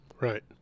Right